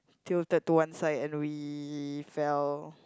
titled to one side and we fell